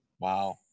Wow